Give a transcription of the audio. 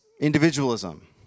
individualism